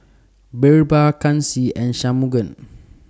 Birbal Kanshi and Shunmugam